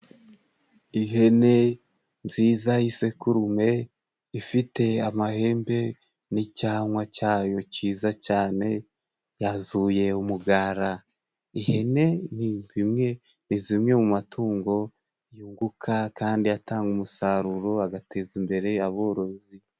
Ihene nziza y'isekurume ifite amahembe n'icyanwa cyayo cyiza cyane, yazuye umugara ihene nimwe rizimye mu matungo yunguka kandi atanga umusaruro, agateza imbere aborozi.